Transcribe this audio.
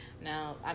Now